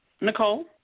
Nicole